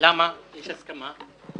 למה יש הסכמה?